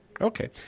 Okay